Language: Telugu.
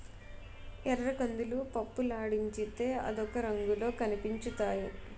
ఎర్రకందులు పప్పులాడించితే అదొక రంగులో కనిపించుతాయి